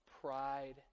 pride